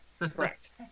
Correct